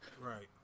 right